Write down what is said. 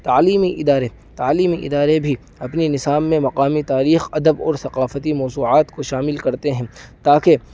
تعلیمی ادارے تعلیمی ادارے بھی اپنے نصاب میں مقامی تاریخ ادب اور ثقافتی موضوعات کو شامل کرتے ہیں تاکہ